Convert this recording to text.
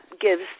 gives